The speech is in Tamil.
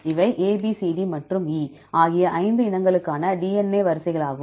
இவை A B C D மற்றும் E ஆகிய ஐந்து இனங்களுக்கான DNA வரிசைகளாகும்